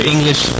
English